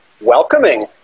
welcoming